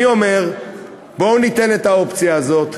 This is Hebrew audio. אני אומר, בואו ניתן את האופציה הזאת.